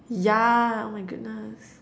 yeah oh my goodness